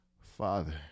Father